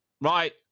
Right